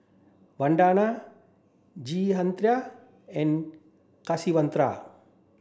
Vandana Jehangirr and Kasiviswanathan